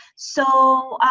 so